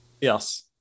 Yes